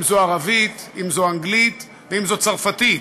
אם בערבית, אם באנגלית ואם בצרפתית.